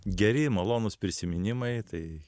geri malonūs prisiminimai tai